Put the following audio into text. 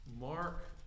Mark